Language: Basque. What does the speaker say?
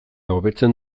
hobetzen